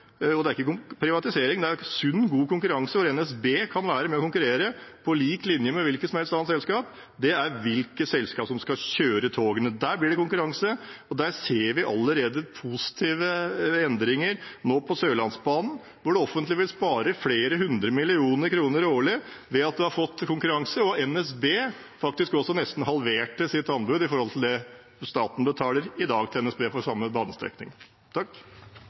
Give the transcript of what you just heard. ikke privatisering, men sunn og god konkurranse hvor også NSB kan være med og konkurrere på lik linje med hvilket som helst annet selskap – er hvem som skal kjøre togene. Der blir det konkurranse, og der ser vi allerede positive endringer på Sørlandsbanen, hvor det offentlige vil spare flere hundre millioner kroner årlig som følge av konkurranse. Og NSB halverte nesten sitt anbud i forhold til det staten i dag betaler NSB for samme